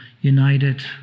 united